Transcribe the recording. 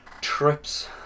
trips